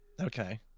Okay